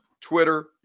Twitter